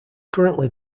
currently